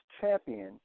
champion